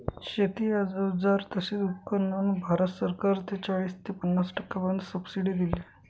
शेती अवजार तसेच उपकरणांवर भारत सरकार ने चाळीस ते पन्नास टक्क्यांपर्यंत सबसिडी दिली आहे